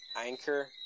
anchor